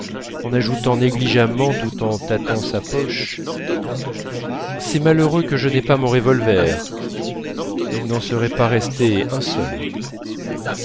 en ajoutant négligemment tout en tâtant sa poche c'est malheureux que je n'aie pas mon revolver il n'en serait pas resté un seul